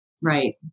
Right